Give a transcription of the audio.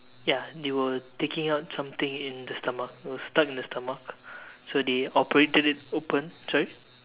ya they were taking out something in the stomach it was stuck in the stomach so they operated it open sorry